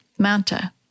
manta